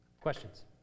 Questions